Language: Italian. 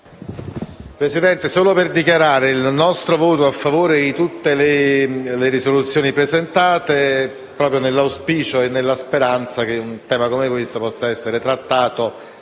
intervengo solo per dichiarare il nostro voto a favore di tutte le mozioni presentate, nell'auspicio e nella speranza che un tema come questo possa essere trattato